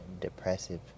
depressive